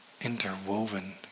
interwoven